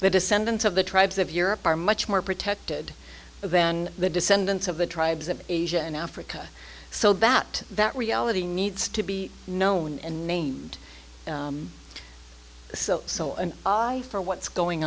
the descendants of the tribes of europe are much more protected than the descendants of the tribes of asia and africa so that that reality needs to be known and named so saw an eye for what's going